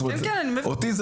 ככלל לא